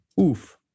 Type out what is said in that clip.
Oof